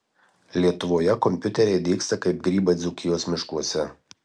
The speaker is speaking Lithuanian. lietuvoje kompiuteriai dygsta kaip grybai dzūkijos miškuose